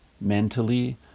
mentally